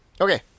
Okay